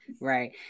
right